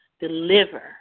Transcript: deliver